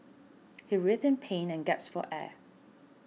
he writhed in pain and gasped for air